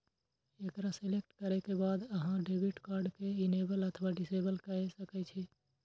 एकरा सेलेक्ट करै के बाद अहां डेबिट कार्ड कें इनेबल अथवा डिसेबल कए सकै छी